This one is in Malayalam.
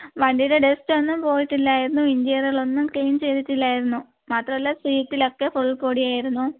വണ്ടിയുടെ ഡസ്റ്റ് ഒന്നും പോയിട്ടില്ലായിരുന്നു ഇൻ്റീരിയലൊന്നും ക്ലീൻ ചെയ്തിട്ടില്ലായിരുന്നു മാത്രമല്ല സീറ്റിലൊക്കെ ഫുൾ പൊടിയായിരുന്നു